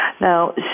Now